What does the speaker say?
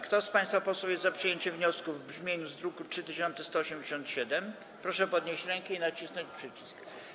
Kto z państwa posłów jest za przyjęciem wniosku w brzmieniu z druku nr 3187, proszę podnieść rękę i nacisnąć przycisk.